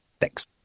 Thanks